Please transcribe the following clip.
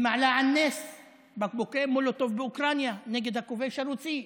היא מעלה על נס בקבוקי מולוטוב באוקראינה נגד הכובש הרוסי,